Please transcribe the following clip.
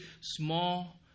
small